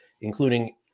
including